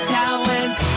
talent